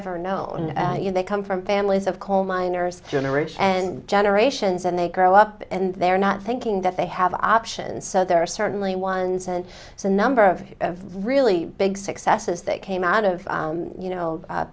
ever known and they come from families of coal miners generation and generations and they grow up and they're not thinking that they have options so there are certainly ones and it's a number of really big successes that came out of you know